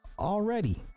already